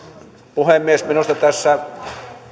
puhemies minusta tässä